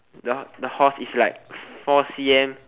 the the horse is like four c_m